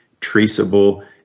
traceable